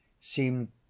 seemed